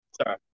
Sorry